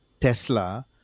Tesla